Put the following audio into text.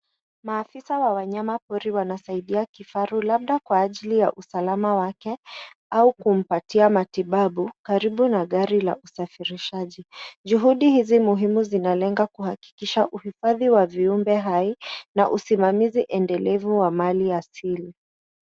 Maafisa wa wanyamapori wanasaidia kifaru labda kwa ajili ya usalama wake au kumpatia matibabu karibu na gari la usafirishaji. Juhudi hizi muhimu zinalenga kuhakikisha uhifadhi wa viumbe hai na usimamizi endelevu wa mali asili.